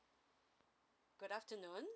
good afternoon